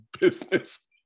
business